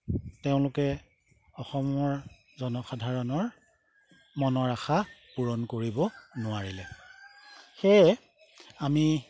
তেওঁলোকে অসমৰ জনসাধাৰণৰ মনৰ আশা পূৰণ কৰিব নোৱাৰিলে সেয়ে আমি